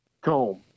comb